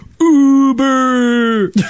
Uber